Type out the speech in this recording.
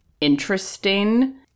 interesting